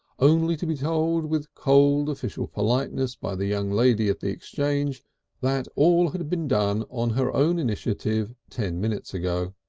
only to be told with cold official politeness by the young lady at the exchange that all that had been done on her own initiative ten minutes ago.